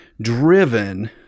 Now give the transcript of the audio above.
driven